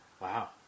Wow